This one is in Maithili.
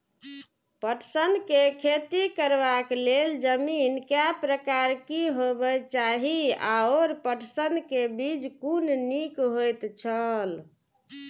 पटसन के खेती करबाक लेल जमीन के प्रकार की होबेय चाही आओर पटसन के बीज कुन निक होऐत छल?